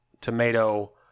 Tomato